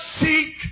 seek